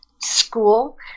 school